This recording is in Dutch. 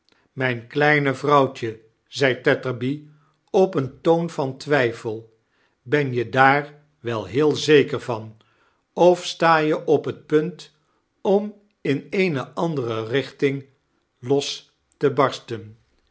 mijn kleine vrouwtje zei tetterby op een toon van twijfel ben je daar we heel zeker vaa of sta je op net punt om in eene andere richting los te barsten